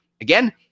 again